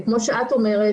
כמו שאת אומרת,